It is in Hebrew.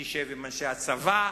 ותשב עם אנשי הצבא,